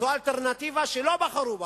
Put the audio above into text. זאת אלטרנטיבה שלא בחרו בה,